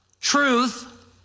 truth